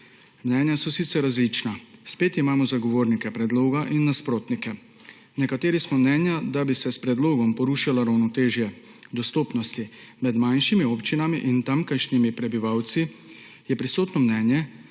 Mnenja so sicer različna, spet imamo zagovornike predloga in nasprotnike. Nekateri smo mnenje, da bi se s predlogom porušilo ravnotežje dostopnosti. Med manjšimi občinami in tamkajšnjimi prebivalci je prisotno mnenje,